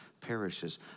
perishes